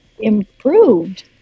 Improved